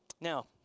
Now